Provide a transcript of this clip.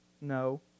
No